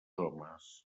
homes